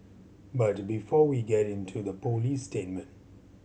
but before we get into the police statement